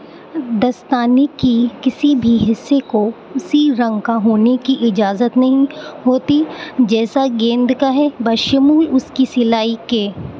دستانے کے کسی بھی حصے کو اسی رنگ کا ہونے کی اجازت نہیں ہوتی جیسا گیند کا ہے بشمول اس کی سلائی کے